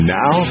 now